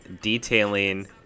detailing